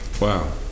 Wow